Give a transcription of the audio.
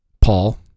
paul